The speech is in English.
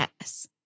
Yes